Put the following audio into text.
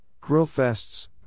grill-fests